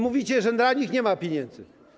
Mówicie, że dla nich nie ma pieniędzy.